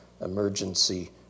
emergency